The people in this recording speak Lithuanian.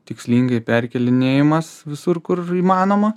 tikslingai perkėlinėjamas visur kur įmanoma